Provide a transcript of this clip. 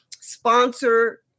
sponsor